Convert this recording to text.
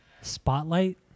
spotlight